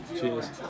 Cheers